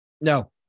No